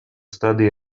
study